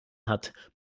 hat